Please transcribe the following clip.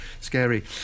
scary